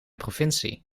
provincie